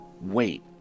Wait